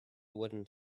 wooden